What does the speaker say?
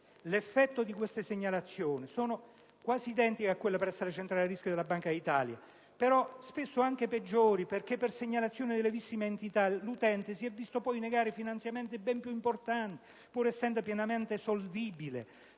L'effetto di queste segnalazioni è quasi identico a quello delle segnalazioni presso la centrale rischi della Banca d'Italia e spesso anche peggiori, perché per segnalazioni di lievissima entità l'utente si è visto poi negare finanziamenti ben più importanti, pur essendo pienamente solvibile.